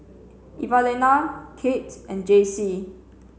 Evalena Kate and Jacey